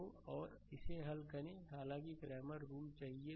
तो और इसे हल करें हालांकि क्रैमर रूल चाहिए